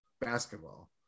basketball